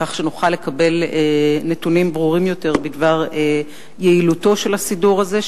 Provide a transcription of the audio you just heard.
כך שנוכל לקבל נתונים ברורים יותר בדבר יעילותו של הסידור הזה,